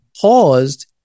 paused